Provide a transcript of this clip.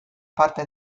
parte